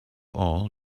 all